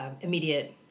immediate